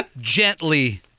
gently